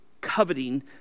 coveting